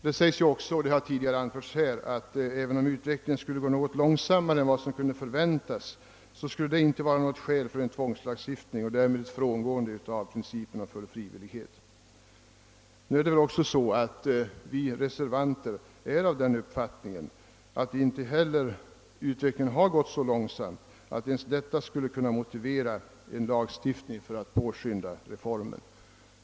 Det sägs också i 1962 års beslut — att även om utvecklingen skulle gå något långsammare än vad som kunde förväntas, skulle det inte vara något skäl för en tvångslagstiftning och därmed ett frånfallande av principen om full frivillighet. Vi reservanter hyser den uppfattningen att inte heller utvecklingen har gått så långsamt, att ens detta skulle kunna motivera en ny lagstiftning för att påskynda reformen.